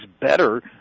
better